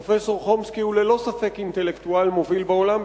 פרופסור חומסקי הוא ללא ספק אינטלקטואל מוביל בעולם,